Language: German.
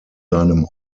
seinem